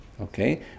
okay